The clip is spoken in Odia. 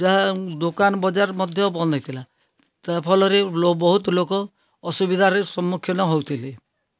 ଯାହା ଦୋକାନ ବଜାର ମଧ୍ୟ ବନ୍ଦହୋଇଥିଲା ତା ଫଲରେ ଲୋ ବହୁତ ଲୋକ ଅସୁବିଧାରେ ସମ୍ମୁଖୀନ ହେଉଥିଲେ